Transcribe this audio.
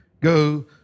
go